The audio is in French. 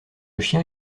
chien